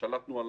ושלטנו על